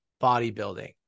bodybuilding